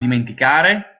dimenticare